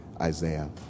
Isaiah